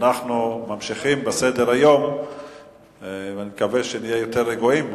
אנחנו ממשיכים בסדר-היום ואני מקווה שנהיה יותר רגועים.